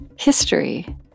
history